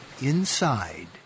inside